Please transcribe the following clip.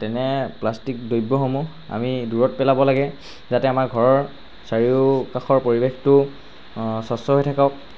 তেনে প্লাষ্টিক দ্ৰব্যসমূহ আমি দূৰত পেলাব লাগে যাতে আমাৰ ঘৰৰ চাৰিওকাষৰ পৰিৱেশটো স্বচ্ছ হৈ থাকক